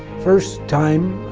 first time,